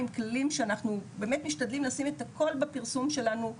עם כללים שאנחנו באמת משתדלים לשים את הכל בפרסום שלנו בנוהל,